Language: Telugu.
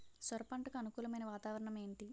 సొర పంటకు అనుకూలమైన వాతావరణం ఏంటి?